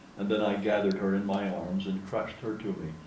and then i gathered her in my arms and crushed her to me,